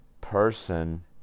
person